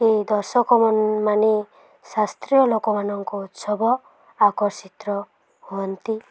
ଏ ଦର୍ଶକମାନେ ଶାସ୍ତ୍ରୀୟ ଲୋକମାନଙ୍କ ଉତ୍ସବ ଆକର୍ଷିତ ହୁଅନ୍ତି